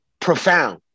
profound